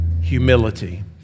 humility